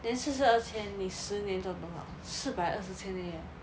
then 四十二千你十年赚多少四百二十千而已 eh